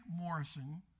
Morrison